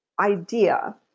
idea